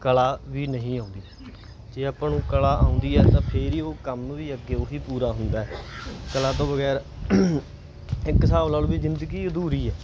ਕਲਾ ਵੀ ਨਹੀਂ ਆਉਂਦੀ ਜੇ ਆਪਾਂ ਨੂੰ ਕਲਾ ਆਉਂਦੀ ਹੈ ਤਾਂ ਫੇਰ ਹੀ ਉਹ ਕੰਮ ਵੀ ਅੱਗੇ ਉਹੀ ਪੂਰਾ ਹੁੰਦਾ ਕਲਾ ਤੋਂ ਬਗੈਰ ਇੱਕ ਹਿਸਾਬ ਲਾ ਲਉ ਵੀ ਜ਼ਿੰਦਗੀ ਅਧੂਰੀ ਹੈ